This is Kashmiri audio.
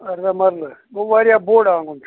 اَرداہ مَرلہٕ گوٚو واریاہ بوٚڈ آنٛگُن چھُ